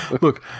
look